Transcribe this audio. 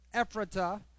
Ephrata